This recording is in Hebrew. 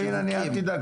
אל תדאג.